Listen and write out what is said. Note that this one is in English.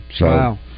Wow